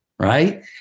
Right